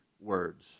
words